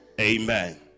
Amen